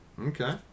Okay